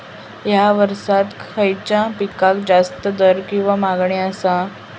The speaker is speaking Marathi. हया वर्सात खइच्या पिकाक जास्त दर किंवा मागणी आसा?